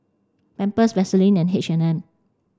Pampers Vaseline and H and M